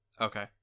Okay